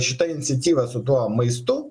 šita iniciatyva su tuo maistu